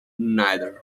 neither